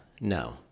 no